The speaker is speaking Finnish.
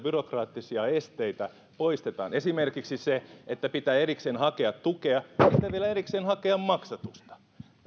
byrokraattisia esteitä poistetaan esimerkiksi se että pitää erikseen hakea tukea ja sitten vielä erikseen hakea maksatusta